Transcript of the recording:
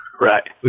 right